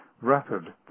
rapid